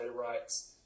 rights